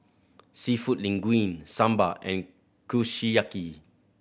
Seafood Linguine Sambar and Kushiyaki